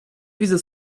widzę